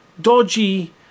dodgy